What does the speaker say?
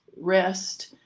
rest